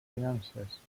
finances